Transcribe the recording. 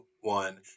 one